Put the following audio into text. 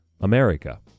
America